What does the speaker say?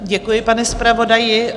Děkuji, pane zpravodaji.